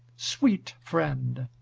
sweet friend!